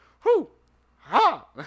hoo-ha